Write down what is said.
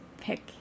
pick